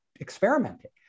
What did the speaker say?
experimenting